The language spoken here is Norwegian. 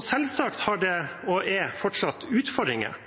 Selvsagt var det – og er fortsatt – utfordringer,